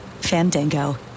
Fandango